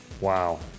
Wow